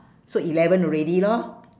so eleven already lor